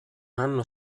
hanno